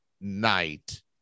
night